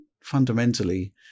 fundamentally